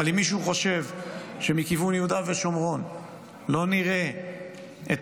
אבל אם מישהו חושב שמכיוון יהודה ושומרון לא נראה את